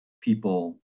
people